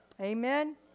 amen